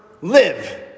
live